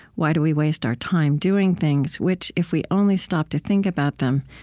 why do we waste our time doing things which, if we only stopped to think about them,